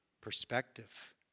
perspective